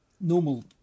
Normal